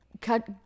cut